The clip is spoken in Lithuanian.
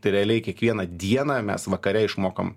tai realiai kiekvieną dieną mes vakare išmokam